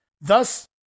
Thus